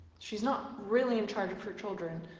she's not really in charge of her children